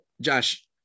Josh